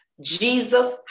jesus